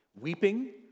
Weeping